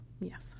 yes